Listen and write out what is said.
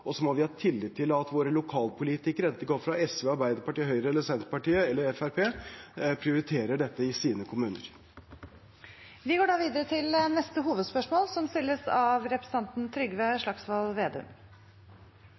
og så må vi ha tillit til at våre lokalpolitikere – enten de kommer fra SV, Arbeiderpartiet, Høyre, Senterpartiet eller Fremskrittspartiet – prioriterer dette i sine kommuner. Vi går videre til neste hovedspørsmål.